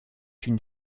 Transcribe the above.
une